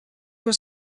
was